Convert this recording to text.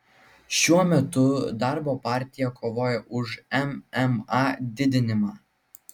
šiuo metu darbo partija kovoja už mma didinimą